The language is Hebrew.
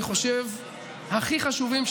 אני חושב הכי חשובים,